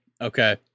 okay